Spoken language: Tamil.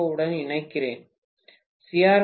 ஓ உடன் இணைக்கிறேன் சி